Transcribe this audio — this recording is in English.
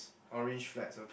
orange flats okay